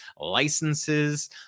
licenses